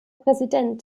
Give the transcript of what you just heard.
präsident